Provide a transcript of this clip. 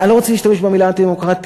אני לא רוצה להשתמש במילה אנטי-דמוקרטי,